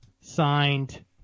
signed